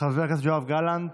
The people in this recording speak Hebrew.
חבר הכנסת יואב גלנט,